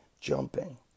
jumping